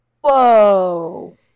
Whoa